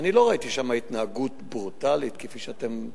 אני לא ראיתי שם התנהגות ברוטלית כפי שאתם ראיתם.